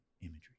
imagery